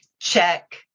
check